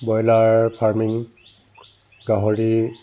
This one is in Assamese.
ব্ৰইলাৰ ফাৰ্মিং গাহৰি